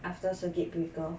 after circuit breaker